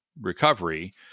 recovery